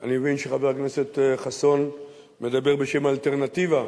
אני מבין שחבר הכנסת חסון מדבר בשם האלטרנטיבה.